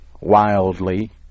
wildly